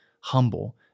humble